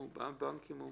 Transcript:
מה הבנקים אומרים?